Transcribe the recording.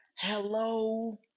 Hello